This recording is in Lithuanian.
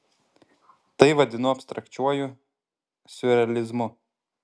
tai vadinu abstrakčiuoju siurrealizmu